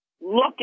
look